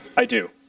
i do.